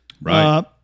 right